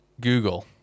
Google